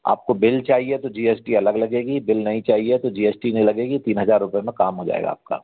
आपको बिल चाहिए तो जी एस टी अलग लगेगी बिल नहीं चाहिए तो जी एस टी नहीं लगेगी तीन हज़ार रुपये मे काम हो जाएगा आपका